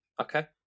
Okay